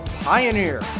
Pioneer